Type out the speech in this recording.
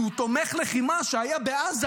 כי הוא תומך לחימה שהיה בעזה,